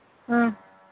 ꯎꯝ